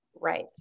Right